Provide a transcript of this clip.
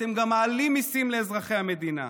אתם גם מעלים מיסים לאזרחי המדינה.